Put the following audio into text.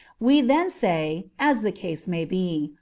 we then say, as the case may be,